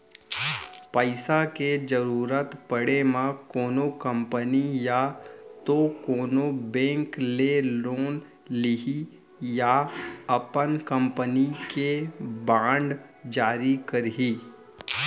पइसा के जरुरत पड़े म कोनो कंपनी या तो कोनो बेंक ले लोन लिही या अपन कंपनी के बांड जारी करही